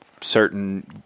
certain